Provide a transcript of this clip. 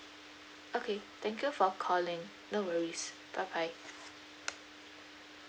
okay thank you for calling no worries bye bye